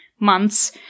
Months